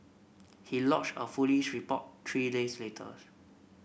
he lodged a foolish report three days later